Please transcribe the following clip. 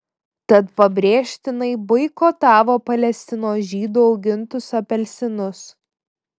tad pabrėžtinai boikotavo palestinos žydų augintus apelsinus